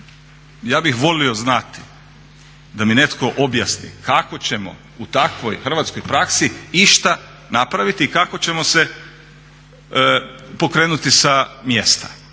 ja bih volio znati da mi netko objasni kako ćemo u takvoj hrvatskoj praksi išta napraviti i kako ćemo se pokrenuti sa mjesta.